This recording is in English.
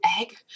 egg